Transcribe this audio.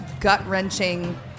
gut-wrenching